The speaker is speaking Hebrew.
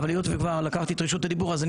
אבל היות וכבר לקחתי את רשות הדיבור הזה אני